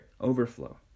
overflow